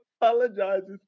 Apologizes